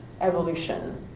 evolution